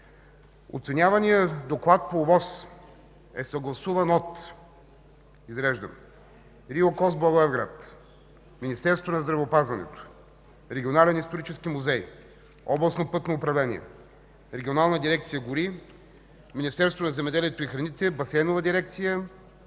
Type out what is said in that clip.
Оценяваният доклад по ОВОС е съгласуван от: РИОКОС – Благоевград, Министерството на здравеопазването, Регионалния исторически музей, Областно пътно управление, Регионална дирекция „Гори”, Министерството на земеделието и горите, Басейнова дирекция,